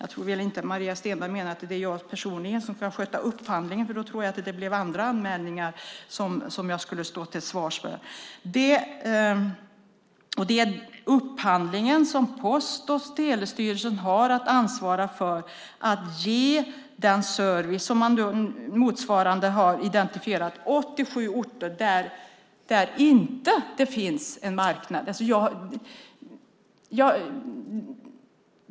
Jag tror inte att Maria Stenberg menar att jag personligen kan sköta upphandlingen, för då tror jag att jag skulle få stå till svars för andra anmälningar. Upphandlingen som Post och telestyrelsen har att ansvara för går ut på att ge motsvarande service som på andra orter på de 87 orter där man har identifierat att det inte finns en marknad.